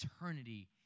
eternity